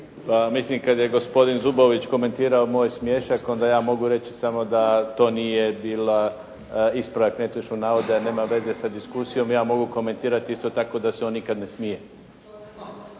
mislim kada je gospodin Zubović komentirao moj smiješak, onda je mogu reći da to nije bila ispravak netočnog navoda, nema veze sa diskusijom. Ja mogu komentirati isto tako da se on nikada ne smije.